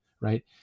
right